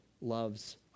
loves